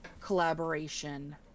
collaboration